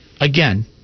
again